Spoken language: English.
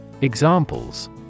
Examples